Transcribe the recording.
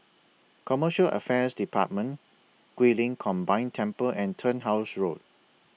Commercial Affairs department Guilin Combined Temple and Turnhouse Road